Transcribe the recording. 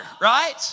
right